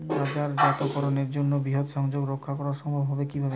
বাজারজাতকরণের জন্য বৃহৎ সংযোগ রক্ষা করা সম্ভব হবে কিভাবে?